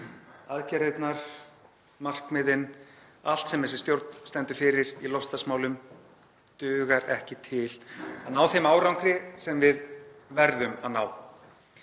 Aðgerðirnar, markmiðin, allt sem þessi stjórn stendur fyrir í loftslagsmálum dugir ekki til að ná þeim árangri sem við verðum að ná.